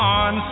on